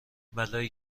بلایی